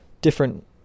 different